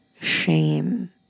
shame